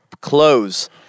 Close